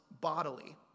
bodily